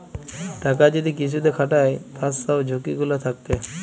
টাকা যদি কিসুতে খাটায় তার সব ঝুকি গুলা থাক্যে